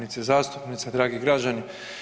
i zastupnice, dragi građani.